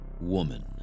woman